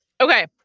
Okay